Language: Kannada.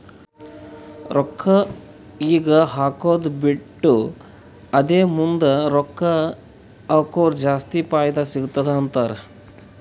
ರೊಕ್ಕಾ ಈಗ ಹಾಕ್ಕದು ಬಿಟ್ಟು ಅದೇ ಮುಂದ್ ರೊಕ್ಕಾ ಹಕುರ್ ಜಾಸ್ತಿ ಫೈದಾ ಸಿಗತ್ತುದ ಅಂತಾರ್